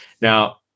Now